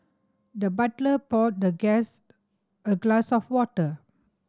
the butler poured the guest a glass of water